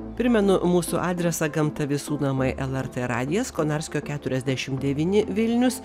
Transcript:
primenu mūsų adresą gamta visų namai lrt radijas konarskio keturiasdešim devyni vilnius